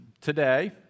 Today